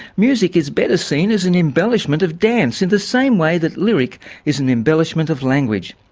music is better seen as an embellishment of dance in the same way that lyric is an embellishment of language.